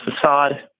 facade